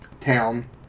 town